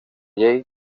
llei